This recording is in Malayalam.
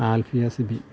ആൽഫിയ സിബി